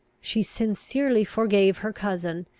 she sincerely forgave her cousin,